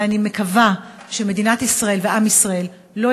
ואני מקווה שמדינת ישראל ועם ישראל לא